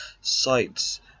sites